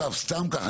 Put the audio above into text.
סתם כך,